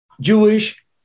Jewish